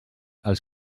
els